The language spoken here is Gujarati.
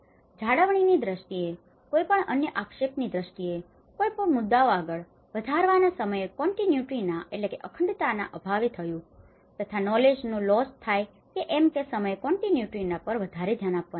જાળવણીની દ્રષ્ટિએ કોઈપણ અન્ય આક્ષેપોની દ્રષ્ટિએ અન્ય કોઈપણ મુદ્દાઓ આગળ વધારવાના સમયે કોન્ટિન્યુટીના continuity અખંડતા અભાવે થયું તથા નોલેજનો knowledge જ્ઞાન લોસ loss નુકસાન થાય કેમ કે એ સમયે કોન્ટિન્યુટી continuity અખંડતા પર વધારે ધ્યાન આપવાનું હોય છે